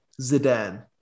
zidane